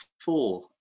four